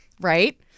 Right